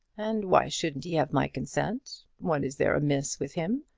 and why shouldn't he have my consent? what is there amiss with him?